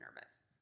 nervous